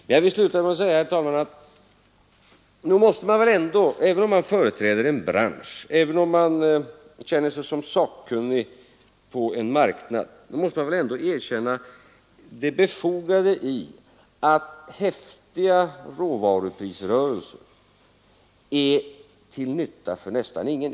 Men jag vill sluta med att säga, herr talman, att nog måste man väl ändå, även om man företräder en bransch och även om man känner sig som sakkunnig på en marknad, erkänna att häftiga råvaruprisrörelser är till nytta för nästan ingen.